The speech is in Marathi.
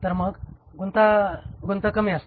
तर मग गुंतागुंत कमी असते